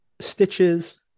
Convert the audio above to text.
stitches